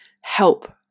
help